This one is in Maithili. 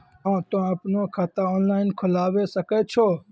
हाँ तोय आपनो खाता ऑनलाइन खोलावे सकै छौ?